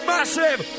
Massive